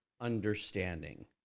understanding